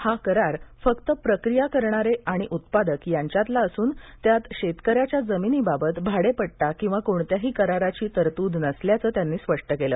हा करार फक्त प्रक्रिया करणारे आणि उत्पादक यांच्यातला असून त्यात शेतकऱ्याच्या जमिनीबाबत भाडेपट्टा किंवा कोणत्याही कराराची तरतूद नसल्याचं त्यांनी स्पष्ट केलं